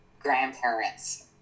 grandparents